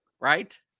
Right